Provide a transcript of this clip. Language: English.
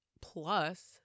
plus